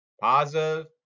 positive